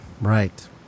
Right